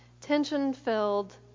tension-filled